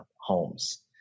homes